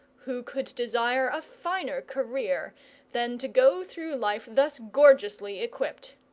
who could desire a finer career than to go through life thus gorgeously equipped!